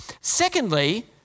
Secondly